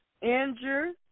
injured